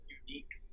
unique